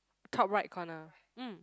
top right corner mm